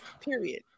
period